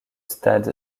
stade